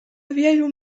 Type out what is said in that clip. wielu